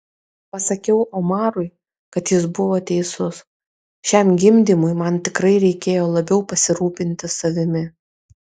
pasakiau omarui kad jis buvo teisus šiam gimdymui man tikrai reikėjo labiau pasirūpinti savimi